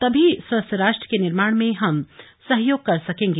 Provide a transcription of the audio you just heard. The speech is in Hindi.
तभी स्वस्थ राष्ट्र के निर्माण में हम सहयोग कर पाएंगे